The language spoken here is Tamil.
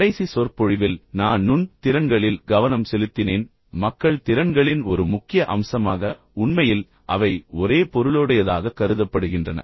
கடைசி சொற்பொழிவில் நான் நுண் திறன்களில் கவனம் செலுத்தினேன் மக்கள் திறன்களின் ஒரு முக்கிய அம்சமாக உண்மையில் அவை ஒரே பொருளுடையதாக கருதப்படுகின்றன